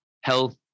health